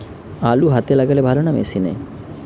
আলু হাতে লাগালে ভালো না মেশিনে?